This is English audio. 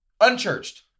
unchurched